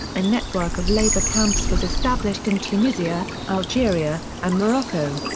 a network of labor camps was established in tunisia, algeria, and morocco.